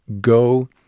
go